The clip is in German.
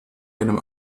einem